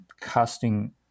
casting